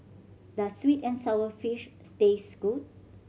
does sweet and sour fish taste good